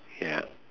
ya